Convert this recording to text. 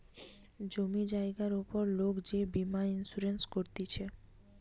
জমি জায়গার উপর লোক যে বীমা ইন্সুরেন্স করতিছে